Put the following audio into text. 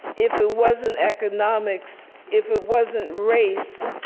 if it wasn't economics, if it wasn't race,